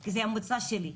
כי זה המוצא שלי,